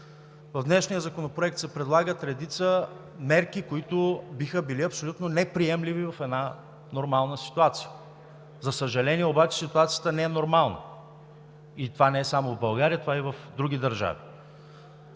В днешния законопроект се предлагат редица мерки, които биха били абсолютно неприемливи в една нормална ситуация. За съжаление обаче, ситуацията не е нормална. Това не е само в България, това е и в други държави.